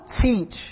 teach